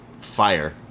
fire